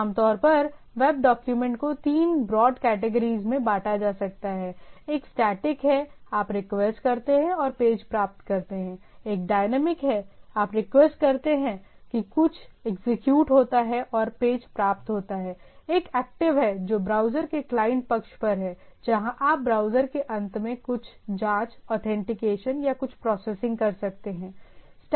आमतौर पर web document को तीन ब्रॉड कैटिगरीज में बांटा जा सकता है एक स्टैटि है आप रिक्वेस्ट करते हैं और पेज प्राप्त करते हैं एक डायनामिक है आप रिक्वेस्ट करते हैं कि कुछ एग्जीक्यूट होता है और पेज प्राप्त होता है एक एक्टिव है जो ब्राउज़र के क्लाइंट पक्ष पर है जहाँ आप ब्राउज़र के अंत में कुछ जाँच ऑथेंटिकेशन या कुछ प्रोसेसिंग कर सकते हैं